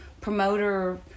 promoter